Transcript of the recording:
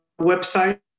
website